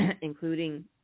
including